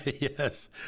yes